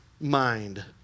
mind